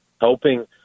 helping